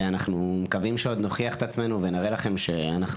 אנו מקווים שעוד נוכיח את עצמנו ונראה לכם שאנחנו